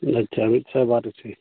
ᱟᱪᱪᱷᱟ ᱢᱤᱫ ᱥᱟᱭ ᱵᱟᱨ ᱤᱥᱤ